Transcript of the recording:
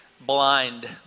blind